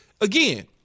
again